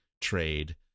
trade